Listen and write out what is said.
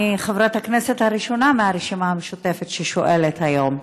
אני חברת הכנסת הראשונה מהרשימה המשותפת ששואלת היום.